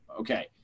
okay